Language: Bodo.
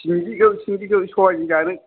सिंगिखौ सिंगिखौ सबायजों जानो